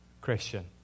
Christian